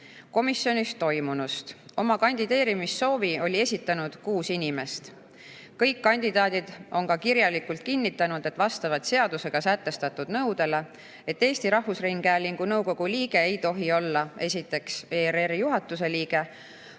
Komisjonis toimunust. Oma kandideerimissoovi esitas kuus inimest. Kõik kandidaadid kinnitasid kirjalikult, et vastavad seadusega sätestatud nõudele, et Eesti Rahvusringhäälingu nõukogu liige ei tohi olla: esiteks, ERR-i juhatuse liige,